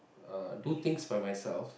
do things by myself